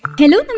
Hello